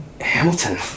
hamilton